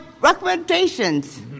recommendations